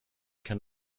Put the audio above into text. can